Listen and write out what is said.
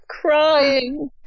crying